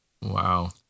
Wow